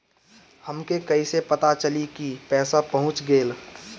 हमके कईसे पता चली कि पैसा पहुच गेल?